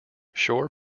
shore